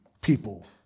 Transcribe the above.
people